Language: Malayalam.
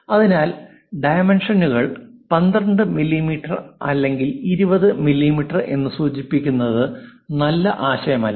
അതിനാൽ ഡൈമെൻഷനുകൾ 12 മില്ലീമീറ്റർ അല്ലെങ്കിൽ 20 മില്ലീമീറ്റർ എന്ന് സൂചിപ്പിക്കുന്നത് നല്ല ആശയമല്ല